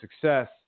success